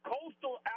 Coastal